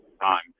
time